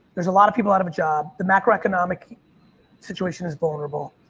there's a lot of people out of a job. the macroeconomic situation is vulnerable.